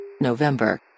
november